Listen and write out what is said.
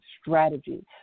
strategy